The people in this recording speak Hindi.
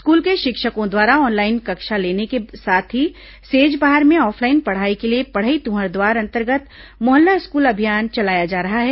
स्कूल के शिक्षकों द्वारा ऑनलाइन कक्षा लेने के साथ ही सेजबहार में ऑफलाइन पढ़ाई के लिए पढ़ई तुंहर दुआर अंतर्गत मोहल्ला स्कूल अभियान चलाया जा रहा है